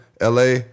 LA